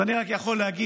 אז אני רק יכול להגיד